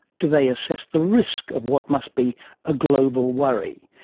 do they assess the risk of what must be a global worry?